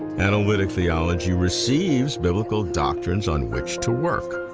analytic theology receives biblical doctrines on which to work.